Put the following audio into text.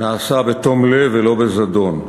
הדבר נעשה בתום לב ולא בזדון.